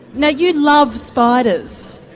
now you love spiders.